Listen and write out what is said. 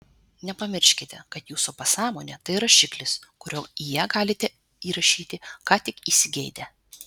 nepamirškite kad jūsų pasąmonė tai rašiklis kuriuo į ją galite įrašyti ką tik įsigeidę